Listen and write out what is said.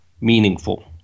meaningful